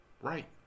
Right